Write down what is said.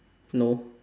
no